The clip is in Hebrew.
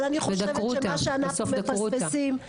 אבל אני חושבת שמה שאנחנו מפספסים --- ודקרו אותה,